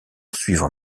suivant